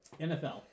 NFL